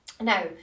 Now